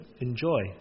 enjoy